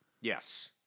Yes